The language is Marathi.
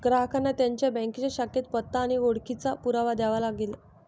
ग्राहकांना त्यांच्या बँकेच्या शाखेत पत्ता आणि ओळखीचा पुरावा द्यावा लागेल